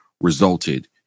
resulted